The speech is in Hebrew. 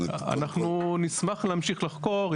אנחנו נשמח להמשיך לחקור,